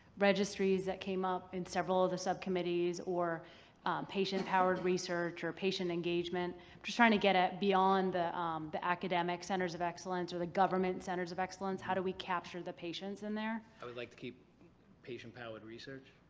registries that came up in several of the subcommittees or patient powered research or patient engagement. i'm just trying to get at beyond the the academic centers of excellence or the government centers of excellence. how do we capture the patients in there? i would like to keep patient powered research.